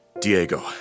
Diego